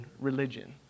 religion